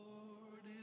Lord